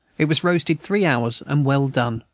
it was roasted three hours, and well done,